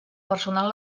personal